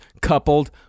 coupled